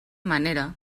manera